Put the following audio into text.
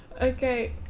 Okay